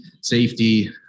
safety